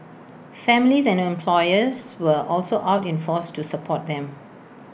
families and employers were also out in force to support them